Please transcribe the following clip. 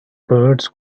birds